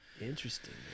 Interesting